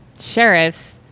sheriffs